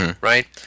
Right